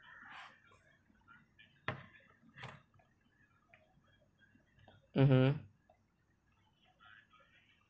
mmhmm